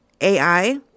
AI